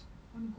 I want to go